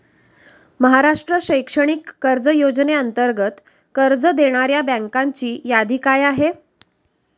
महाराष्ट्र शैक्षणिक कर्ज योजनेअंतर्गत कर्ज देणाऱ्या बँकांची यादी काय आहे?